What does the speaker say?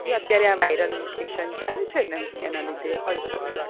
એ અત્યારે આ viral infection ચાલે છે ને એના લીધે હોય શકે